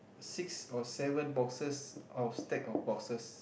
six or seven boxes of stack of boxes